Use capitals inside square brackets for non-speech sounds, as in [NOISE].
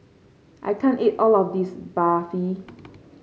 I can't eat all of this Barfi [NOISE]